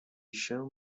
się